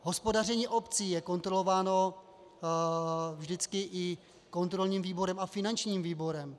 Hospodaření obcí je kontrolováno vždycky i kontrolním výborem a finančním výborem.